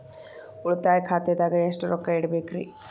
ಉಳಿತಾಯ ಖಾತೆದಾಗ ಎಷ್ಟ ರೊಕ್ಕ ಇಡಬೇಕ್ರಿ?